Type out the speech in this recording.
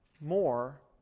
more